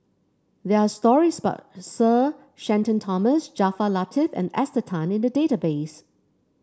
there are stories about Sir Shenton Thomas Jaafar Latiff and Esther Tan in the database